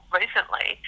recently